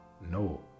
no